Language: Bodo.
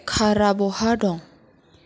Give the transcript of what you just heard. कारआ बहा दं